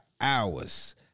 hours